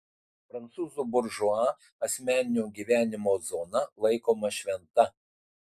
prancūzų buržua asmeninio gyvenimo zona laikoma šventa